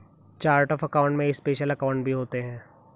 chart of account में special account भी होते हैं